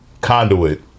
conduit